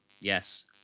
yes